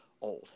old